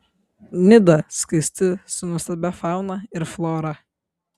nida skaisti su nuostabia fauna ir flora